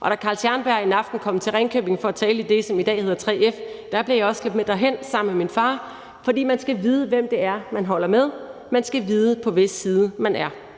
Og da Carl Scharnberg en aften kom til Ringkøbing for at tale i det, som i dag hedder 3F, blev jeg også slæbt med derhen sammen med min far, fordi man skulle vide, hvem det er, man holder med. Man skal vide, på hvis side man er.